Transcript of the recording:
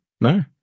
No